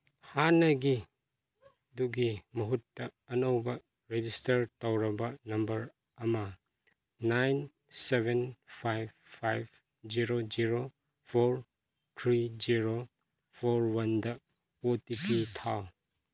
ꯍꯥꯟꯅꯒꯤꯗꯨꯒꯤ ꯃꯍꯨꯠꯇ ꯑꯅꯧꯕ ꯔꯦꯖꯤꯁꯇꯔ ꯇꯧꯔꯕ ꯅꯝꯕꯔ ꯑꯃ nine seven five five zero zero four three zero four ꯋꯥꯟꯗ ꯑꯣ ꯇꯤ ꯄꯤ ꯊꯥꯎ